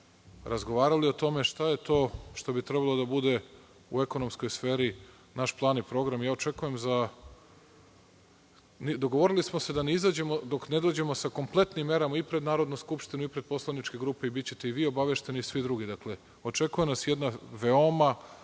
razgovarali o tome šta je to što bi trebalo da bude u ekonomskoj sferi naš plan i program. Dogovorili smo se da ne izađemo dok ne dođemo sa kompletnim merama i pred Narodnu skupštinu, i pred poslaničke grupe. Bićete i vi obavešteni i svi drugi. Dakle, očekuje nas jedna veoma